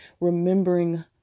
remembering